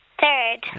Third